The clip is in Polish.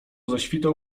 zaświtał